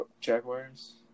Jaguars